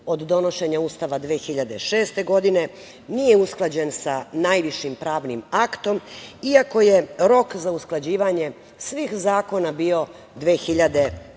od donošenja Ustava 2006. godine, nije usklađen sa najvišim pravnim aktom, iako je rok za usklađivanje svih zakona bio 2008.